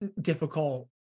difficult